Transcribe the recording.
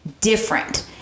different